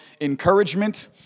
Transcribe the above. encouragement